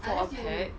for a pet